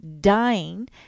dying